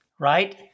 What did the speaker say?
Right